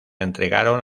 entregaron